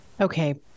Okay